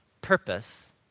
purpose